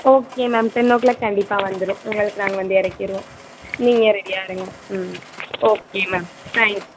okay ma'am ten o'clock கண்டிப்பாக வந்துரும் உங்களுக்கு நாங்கள் வந்து இறக்கிருவோம் நீங்கள் ரெடியாக இருங்க ம் ஓகே மேம் தேங்க்ஸ்